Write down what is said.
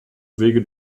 wege